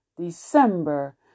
December